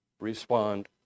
respond